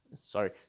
Sorry